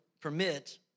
permit